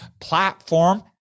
platform